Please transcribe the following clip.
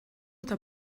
eta